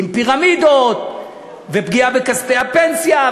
עם פירמידות, ופגיעה בכספי הפנסיה.